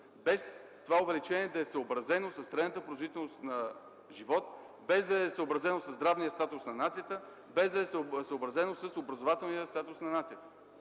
без това увеличение да е съобразено със средната продължителност на живот, без да е съобразено със здравния статус на нацията, без да е съобразено с образователния статус на нацията.